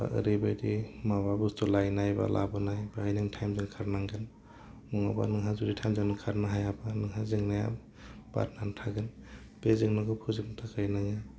बा ओरैबायदि माबा बुस्थु लायनाय बा लाबोनाय बाहाय नों थाइमजों खारनांगोन नङाबा नोंहा जुदि थाइमजों नों खारनो हायाबा नोंहा जेंनाया बारायनानै थागोन बे जेंनाखौ फोजोबनो थाखाय नोङो